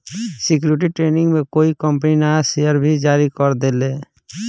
security training में कोई company नया शेयर भी जारी कर देले